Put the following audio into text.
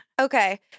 Okay